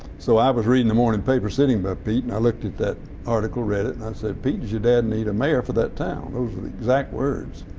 so i was reading the morning paper sitting by pete and i looked at that article, read it, and i said, pete, does your dad need a mayor for that town? those were the exact words.